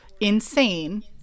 insane